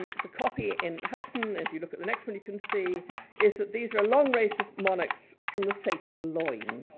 um the copy in houghton, if you look at the next one, you can see is that these are a long race of monarchs from the sacred loin.